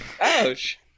Ouch